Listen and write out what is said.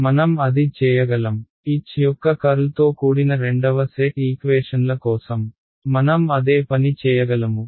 మనం అది చేయగలం H యొక్క కర్ల్తో కూడిన రెండవ సెట్ ఈక్వేషన్ల కోసం మనం అదే పని చేయగలము